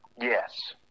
yes